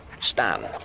Stan